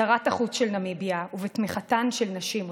שרת החוץ של נמיביה, ובתמיכתן של נשים רבות.